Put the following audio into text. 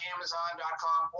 Amazon.com